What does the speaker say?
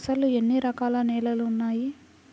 అసలు ఎన్ని రకాల నేలలు వున్నాయి?